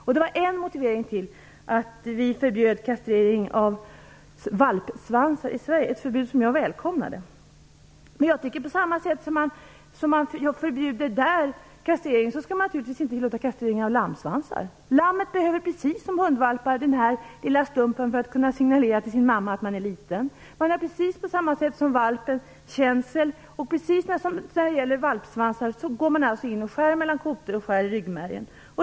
Detta var ett av skälen till att vi förbjöd kupering av valpsvansar i Sverige - ett förbud som jag välkomnade. Av samma skäl bör man förbjuda kupering av lammsvansar. Lammet behöver precis som hundvalpar den här lilla stumpen för att kunna signalera till sin mamma att man är liten. Lammet har känsel på precis samma sätt valpen. Vid kupering går man in mellan kotor och skär i ryggmärgen.